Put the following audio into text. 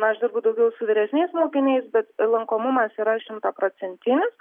na aš dirbu daugiau su vyresniais mokiniais bet lankomumas yra šimtaprocentinis